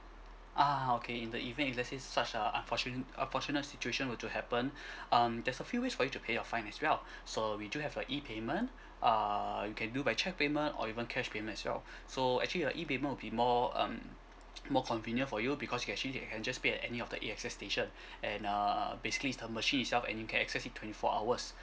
ah okay in the event if let's say such a unfortunate unfortunate situation were to happen um there's a few ways for you to pay your fine as well so we do have a e payment err you can do by cheque payment or even cash payment as well so actually your e payment will be more um more convenient for you because you can actually you can just pay at any of the A_X_S station and err basically it's the machine itself and you can access it twenty four hours